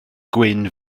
gwyn